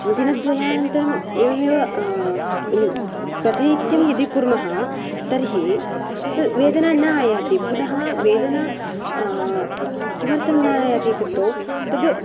दिनद्वयानन्तरम् एवमेव प्रतिनित्यं यदि कुर्मः तर्हि त् वेदना न आयाति पुनः वेदना किमर्थं न आयाति इत्युक्तौ तत्